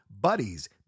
BUDDIES